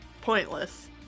pointless